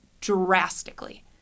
drastically